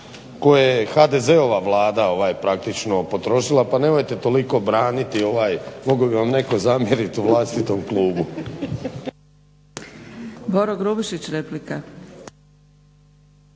koje je HDZ-ova vlada praktično potrošila pa nemojte toliko braniti mogao bi vam netko zamjeriti u vlastitom klubu.